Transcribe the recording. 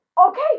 okay